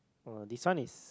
oh this one is